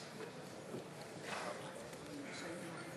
ויושב-ראש